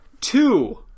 Two